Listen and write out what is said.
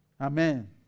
Amen